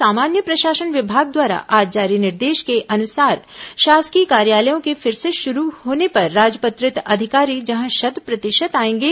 सामान्य प्रशासन विभाग द्वारा आज जारी निर्देश के अनुसार शासकीय कार्यालयों के फिर से शुरू होने पर राजपत्रित अधिकारी जहां शत प्रतिशत आएंगे